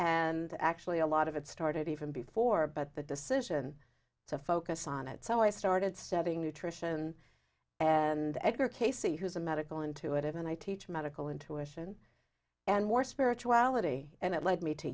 and actually a lot of it started even before but the decision to focus on it so i started studying nutrition and agger casey who's a medical intuitive and i teach medical intuition and more spirituality and it led me to